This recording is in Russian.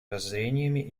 воззрениями